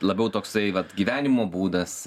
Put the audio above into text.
labiau toksai vat gyvenimo būdas